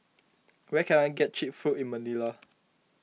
where can I get Cheap Food in Manila